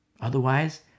Otherwise